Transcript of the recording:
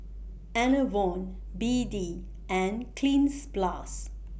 Enervon B D and Cleanz Plus